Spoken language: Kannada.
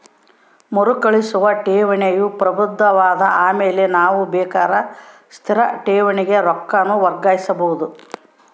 ಮರುಕಳಿಸುವ ಠೇವಣಿಯು ಪ್ರಬುದ್ಧವಾದ ಆಮೇಲೆ ನಾವು ಬೇಕಾರ ಸ್ಥಿರ ಠೇವಣಿಗೆ ರೊಕ್ಕಾನ ವರ್ಗಾಯಿಸಬೋದು